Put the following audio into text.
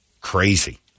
crazy